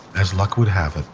as luck would have it,